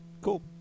Cool